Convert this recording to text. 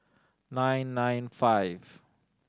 nine nine five